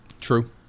True